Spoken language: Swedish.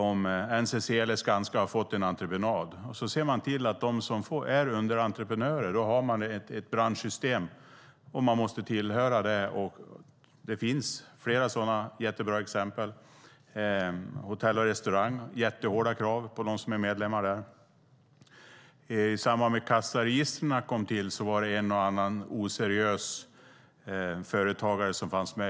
Om NCC eller Skanska har fått en entreprenad ser de till att de som är underentreprenörer måste tillhöra branschsystemet. Det finns flera sådana bra exempel. Hotell och Restaurangfacket har hårda krav på sina medlemmar. När kassaregistren kom till fanns det en och annan oseriös företagare.